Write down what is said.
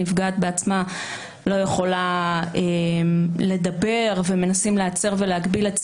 הנפגעת בעצמה לא יכולה לדבר ומנסים להצר ולהגביל את צעדיה.